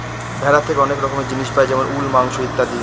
ভেড়া থেকে অনেক রকমের জিনিস পাই যেমন উল, মাংস ইত্যাদি